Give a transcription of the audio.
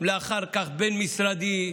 ואחר כך בין-משרדי,